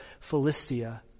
Philistia